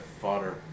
Fodder